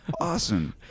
awesome